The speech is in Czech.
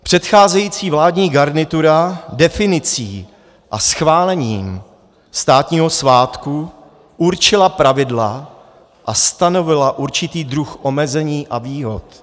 Předcházející vládní garnitura definicí a schválením státního svátku určila pravidla a stanovila určitý druh omezení a výhod.